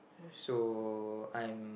so I'm